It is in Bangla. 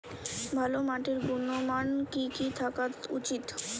ভালো মাটির গুণমান কি কি থাকা উচিৎ?